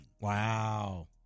Wow